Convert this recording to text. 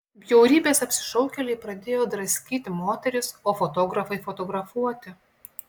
bjaurybės apsišaukėliai pradėjo draskyti moteris o fotografai fotografuoti